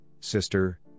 sister